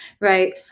right